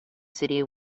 city